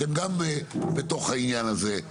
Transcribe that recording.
אתם גם בתוך העניין הזה.